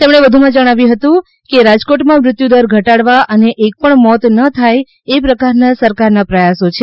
તેમણે વધુમાં જણાવ્યુ હતુ કે રાજકોટમાં મૃત્યુદર ઘટાડવા અને એકપણ મોત ન થાયે એ પ્રકારના સરકારના પ્રયાસો છે